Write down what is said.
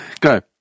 Go